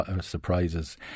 surprises